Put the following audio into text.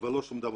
ולא שום דבר.